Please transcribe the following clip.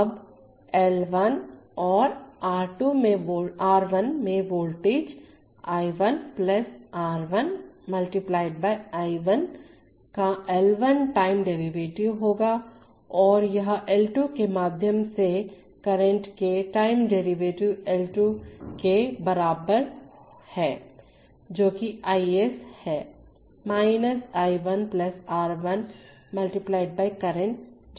अब L1 और R1 में वोल्टेज I1 R 1 × I1 का L 1 टाइम डेरीवेटिंव होगा और यह L 2 के माध्यम से करंट के टाइम डेरिवेटिव L 2 × के बराबर है जो कि I s है I 1 R 2 × करंटजो कि I s I 1 है